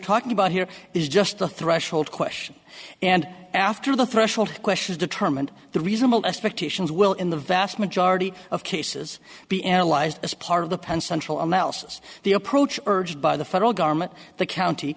talking about here is just a threshold question and after the threshold question is determined the reasonable expectations will in the vast majority of cases be analyzed as part of the penn central now says the approach urged by the federal government the county